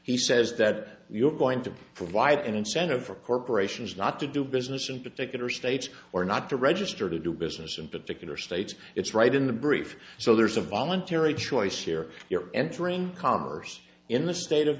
he says that you're going to provide an incentive for corporations not to do business in particular states or not to register to do business in particular states it's right in the brief so there's a voluntary choice here you're entering commerce in the state of